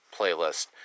playlist